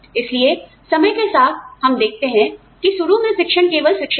इसलिए समय के साथ हम देखते हैं कि शुरू में शिक्षण केवल शिक्षण था